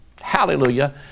hallelujah